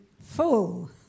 full